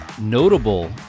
notable